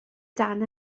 dan